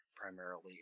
primarily